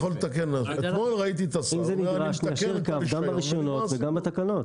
גם ברישיונות וגם בתקנות.